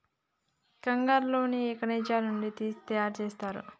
కంగారు లో ఏ కణజాలం నుండి తీసి తయారు చేస్తారు?